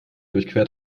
durchquert